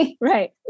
Right